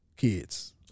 kids